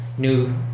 new